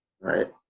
right